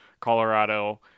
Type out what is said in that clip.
Colorado